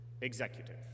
executive